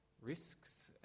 risks